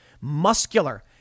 muscular